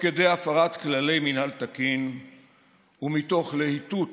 כדי הפרת כללי מינהל תקין ומתוך להיטות